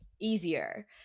easier